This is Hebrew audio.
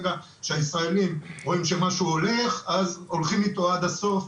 שהישראלים כשהם רואים שמשהו הולך אז הולכים איתו עד הסוף,